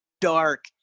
dark